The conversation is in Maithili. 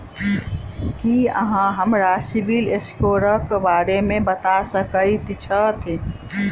की अहाँ हमरा सिबिल स्कोर क बारे मे बता सकइत छथि?